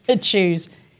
choose